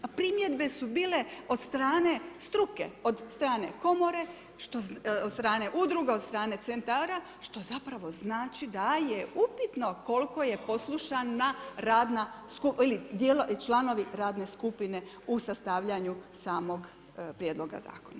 Primjedbe su bile od strane struke, od strane komore, od strane udruga, od strane centara što zapravo znači da je upitno koliko je poslušana radna skupina, članovi radne skupine u sastavljanju samog prijedloga zakona.